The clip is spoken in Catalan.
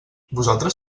vosaltres